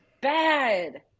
Bad